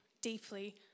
deeply